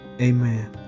Amen